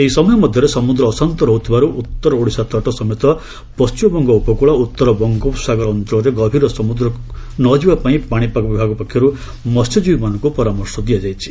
ଏହି ସମୟ ମଧ୍ୟରେ ସମୁଦ୍ର ଅଶାନ୍ତ ରହୁଥିବାରୁ ଉତ୍ତର ଓଡ଼ିଶା ତଟ ସମେତ ପଣ୍ଟିମବଙ୍ଗ ଉପକୂଳ ଉତ୍ତର ବଙ୍ଗୋପସାଗର ଅଞ୍ଚଳରେ ଗଭୀର ସମୁଦ୍ର ମଧ୍ୟକୁ ନ ଯିବାପାଇଁ ପାଣିପାଗ ବିଭାଗ ପକ୍ଷରୁ ମହ୍ୟଜୀବୀମାନଙ୍କୁ ପରାମର୍ଶ ଦିଆଯାଇଛି